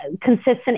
consistent